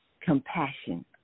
compassion